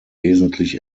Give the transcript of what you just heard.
wesentlich